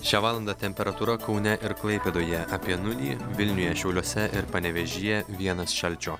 šią valandą temperatūra kaune ir klaipėdoje apie nulį vilniuje šiauliuose ir panevėžyje vienas šalčio